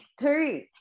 two